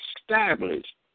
established